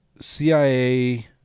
CIA